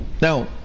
now